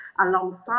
alongside